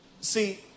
See